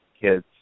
kids